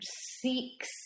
seeks